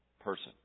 person